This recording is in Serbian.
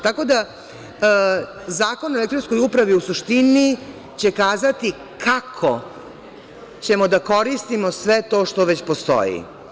Tako da, Zakon o elektronskoj upravi u suštini će kazati kako ćemo da koristimo sve to što već postoji.